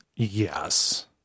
Yes